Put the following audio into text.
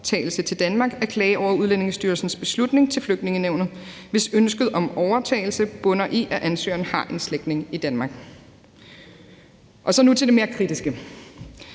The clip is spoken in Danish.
Så til det mere kritiske.